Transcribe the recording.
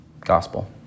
Gospel